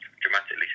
dramatically